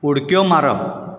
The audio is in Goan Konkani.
उडक्यो मारप